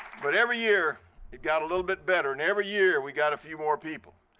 but every year it got a little bit better, and every year we got a few more people.